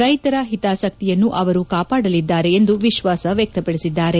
ರೈತರ ಹಿತಾಸಕ್ತಿಯನ್ನು ಅವರು ಕಾಪಾಡಲಿದ್ದಾರೆ ಎಂದು ವಿಶ್ವಾಸ ವ್ಯಕ್ತಪಡಿಸಿದ್ದಾರೆ